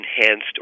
enhanced